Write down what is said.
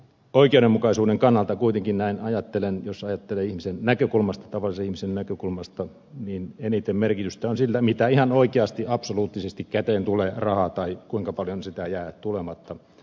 oikeudenmukaisuuden kannalta kuitenkin näin ajattelen jos ajattelee tavallisen ihmisen näkökulmasta eniten merkitystä on sillä mitä ihan oikeasti absoluuttisesti käteen tulee rahaa tai kuinka paljon sitä jää tulematta